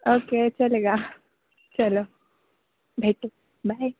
okay चलेगा चलो भेटू बाय